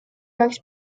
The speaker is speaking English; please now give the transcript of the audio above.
works